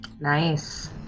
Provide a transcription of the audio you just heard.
Nice